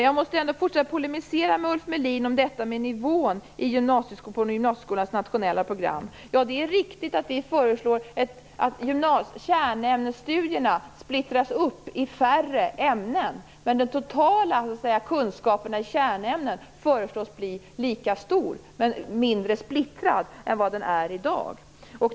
Jag måste fortsätta polemisera med Ulf Melin om detta med nivån i gymnasieskolans nationella program. Det är riktigt att vi föreslår att kärnämnesstudierna splittras upp i färre ämnen, men den totala kunskapen i kärnämnen föreslås bli lika stor men mindre splittrad än vad den är i dag.